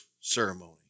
ceremony